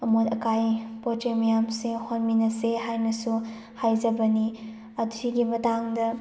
ꯑꯃꯣꯠ ꯑꯀꯥꯏ ꯄꯣꯠ ꯆꯩ ꯃꯌꯥꯝꯁꯦ ꯍꯣꯟꯃꯤꯟꯅꯁꯦ ꯍꯥꯏꯅꯁꯨ ꯍꯥꯏꯖꯕꯅꯤ ꯑꯁꯤꯒꯤ ꯃꯇꯥꯡꯗ